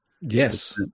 yes